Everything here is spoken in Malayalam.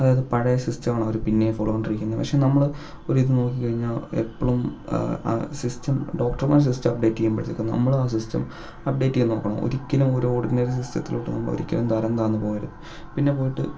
അതായത് പഴയ സിസ്റ്റമാണ് അവർ പിന്നെയും ഫോളോ ചെയ്തുകൊണ്ടിരിക്കുന്നത് പക്ഷേ നമ്മൾ ഒരിത് നോക്കിക്കഴിഞ്ഞാൽ എപ്പോഴും സിസ്റ്റം ഡോക്ടർമാർ സിസ്റ്റം അപ്ഡേറ്റ് ചെയ്യുമ്പോഴത്തേക്കും നമ്മളും ആ സിസ്റ്റം അപ്ഡേറ്റ് ചെയ്യാൻ നോക്കണം ഒരിക്കലും ഒരു ഓർഡിനറി സിസ്റ്റത്തിലോട്ട് നമ്മൾ ഒരിക്കലും തരം താഴ്ന്ന് പോകരുത് പിന്നെ പോയിട്ട്